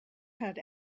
had